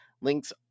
Links